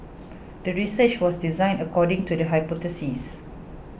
the research was designed according to the hypothesis